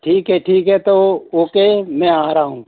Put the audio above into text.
ठीक है ठीक है तो ओके मैं आ रहा हूँ